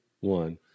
one